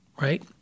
right